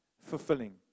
fulfilling